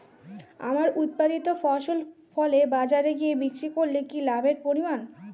আমার উৎপাদিত ফসল ফলে বাজারে গিয়ে বিক্রি করলে কি লাভের পরিমাণ?